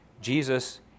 Jesus